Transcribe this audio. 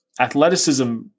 athleticism